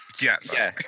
Yes